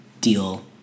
deal